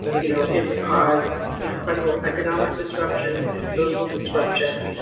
you know it's caused incredible economic disruption and social disruption.